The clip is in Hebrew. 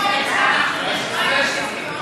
לנו קריטריונים,